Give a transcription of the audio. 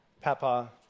Papa